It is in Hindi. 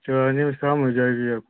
तो आ जाइए शाम हो जाएगी आपको